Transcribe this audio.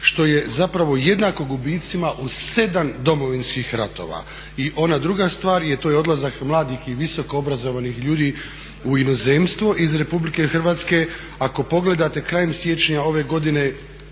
što je zapravo jednako gubicima u 7 domovinskih ratova. I ona druga stvar, to je odlazak mladih i visoko obrazovanih ljudi u inozemstvo iz Republike Hrvatske. Ako pogledate krajem siječnja ove godine